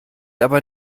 aber